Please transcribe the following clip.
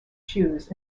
shoes